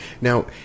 Now